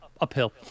uphill